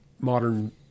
modern